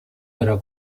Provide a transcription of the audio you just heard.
era